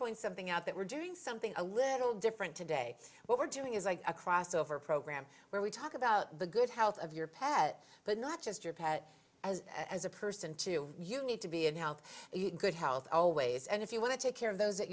point something out that we're doing something a little different today what we're doing is like a crossover program where we talk about the good health of your pet but not just your pet as as a person to you you need to be in health good health always and if you want to take care of those that